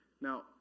Now